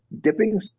dipping